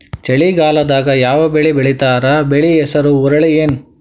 ಚಳಿಗಾಲದಾಗ್ ಯಾವ್ ಬೆಳಿ ಬೆಳಿತಾರ, ಬೆಳಿ ಹೆಸರು ಹುರುಳಿ ಏನ್?